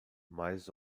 mais